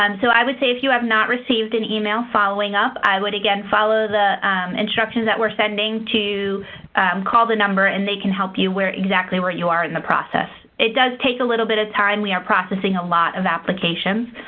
um so i would say, if you have not received an email following up, i would again follow the instructions that we're sending to call the number and they can help you where exactly where you are in the process. it does take a little bit of time. we are processing a lot of applications.